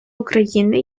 україни